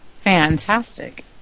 Fantastic